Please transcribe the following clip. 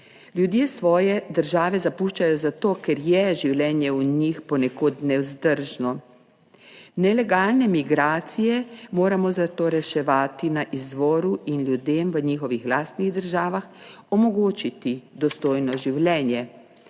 Ljudje svoje države zapuščajo zato, ker je življenje v njih ponekod nevzdržno. Nelegalne migracije moramo zato reševati na izvoru in ljudem v njihovih lastnih državah omogočiti dostojno življenje.